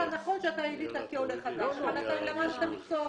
באיזו שפה.